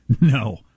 no